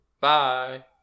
Bye